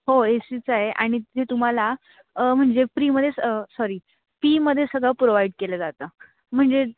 हो ए सीच आहे आणि ते तुम्हाला म्हणजे फ्रिमध्ये सॉरी फीमध्ये सगळं प्रोव्हाइड केलं जातं म्हणजे